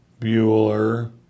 Bueller